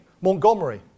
Montgomery